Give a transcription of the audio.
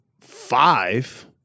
five